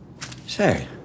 Say